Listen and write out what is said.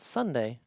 Sunday